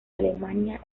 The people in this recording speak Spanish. alemania